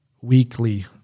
weekly